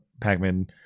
Pac-Man